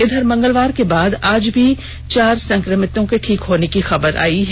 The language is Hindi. इधर मंगलवार के बाद आज भी चार संक्रमितों के ठीक होने की खबर आई है